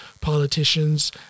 politicians